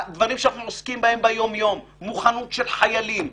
הדברים שאנחנו עוסקים בהם ביום-יום: מוכנות של חיילים,